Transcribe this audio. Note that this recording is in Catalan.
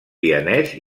vienès